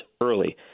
early